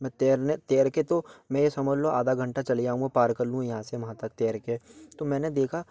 मैं तैरने तैर के तो मैं ये समझ लो आधा घंटा चले जाऊंगा पार कर लूँगा यहाँ से वहाँ तक तैर के तो मैंने देखा